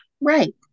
right